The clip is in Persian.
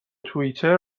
توییتر